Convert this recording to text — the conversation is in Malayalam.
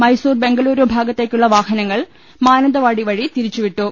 മൈസൂർ ബംഗലുരു ഭാഗത്തേക്കുള്ള വാഹനങ്ങൾ മാനന്തവാടി വഴി തിരിച്ചുവിട്ടു